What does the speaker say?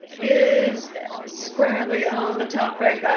is squarely on the topic